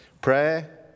prayer